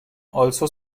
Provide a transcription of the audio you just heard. also